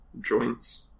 joints